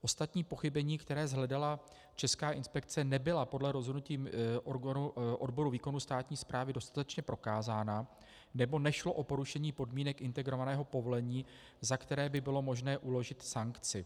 Ostatní pochybení, která shledala Česká inspekce, nebyla podle rozhodnutí odboru výkonu státní správy dostatečně prokázána nebo nešlo o porušení podmínek integrovaného povolení, za které by bylo možné uložit sankci.